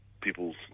people's